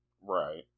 Right